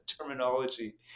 terminology